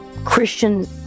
Christian